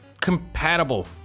compatible